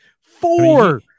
Four